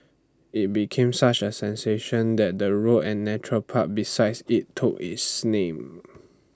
IT became such A sensation that the road and Nature Park besides IT took its name